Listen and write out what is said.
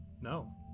No